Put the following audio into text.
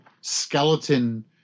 skeleton